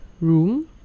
room